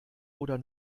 oder